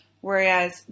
Whereas